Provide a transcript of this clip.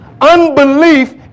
Unbelief